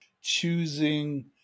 choosing